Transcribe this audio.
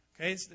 Okay